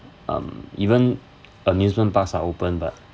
um even amusement parks are open but